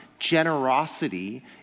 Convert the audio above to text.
generosity